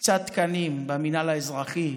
קצת תקנים במינהל האזרחי,